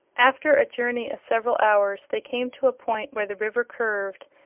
after a journey of several hours they came to a point where the river curved,